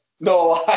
no